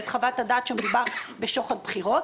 את חוות הדעת שלפיה מדובר בשוחד בחירות.